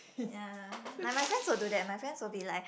ya like my friends will do that my friends will be like